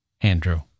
Andrew